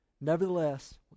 Nevertheless